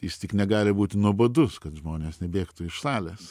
jis tik negali būti nuobodus kad žmonės nebėgtų iš salės